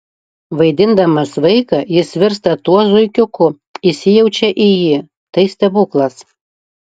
vaidindamas vaiką jis virsta tuo zuikiuku įsijaučia į jį tai stebuklas